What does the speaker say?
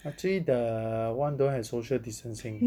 actually the one don't have social distancing